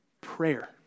Prayer